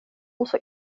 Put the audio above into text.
also